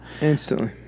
Instantly